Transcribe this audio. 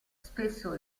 spesso